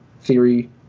theory